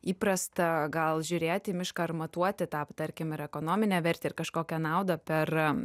įprasta gal žiūrėti į mišką ar matuoti tą tarkim ir ekonominę vertę ir kažkokią naudą per